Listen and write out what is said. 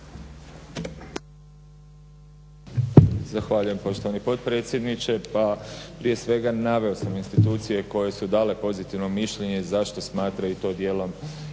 Zahvaljujem poštovani potpredsjedniče. Pa prije svega naveo sam institucije koje su dale pozitivno mišljenje i zašto smatraju i to dijelom